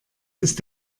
ist